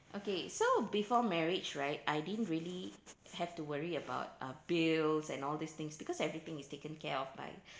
okay so before marriage right I didn't really have to worry about uh bills and all these things because everything is taken care of by